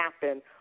happen